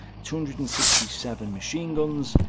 two hundred and sixty seven machine guns,